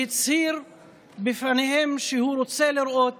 והצהיר בפניהם שהוא רוצה לראות